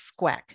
squack